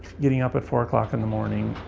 getting up at four o'clock in the morning,